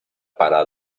para